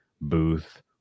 Booth